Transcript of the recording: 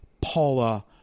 Paula